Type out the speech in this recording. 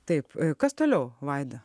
taip kas toliau vaida